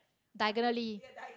diagonally